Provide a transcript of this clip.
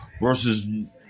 Versus